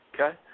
Okay